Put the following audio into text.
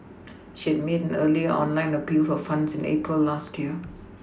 she had made an earlier online appeal for funds in April last year